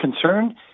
concern